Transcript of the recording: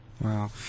Wow